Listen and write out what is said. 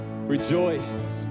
Rejoice